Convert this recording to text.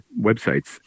websites